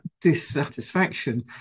dissatisfaction